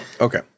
Okay